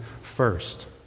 first